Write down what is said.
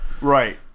Right